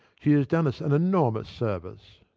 she has done us an enormous service.